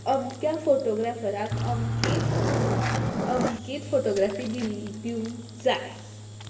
अमक्या फोटोग्रॅफराक अमकीच अमकीच फोटोग्रॅफी दिल्ल दिवंक जाय